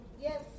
Yes